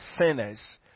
sinners